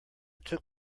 took